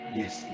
yes